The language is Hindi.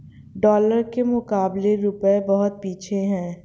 डॉलर के मुकाबले रूपया बहुत पीछे है